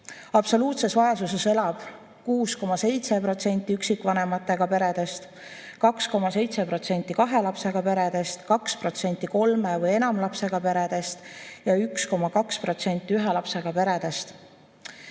Absoluutses vaesuses elab 6,7% üksikvanemaga peredest, 2,7% kahe lapsega peredest, 2% kolme või enama lapsega peredest ja 1,2% ühe lapsega peredest.